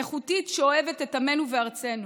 איכותית, שאוהבת את עמנו וארצנו.